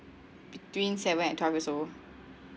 between seven and twelve years old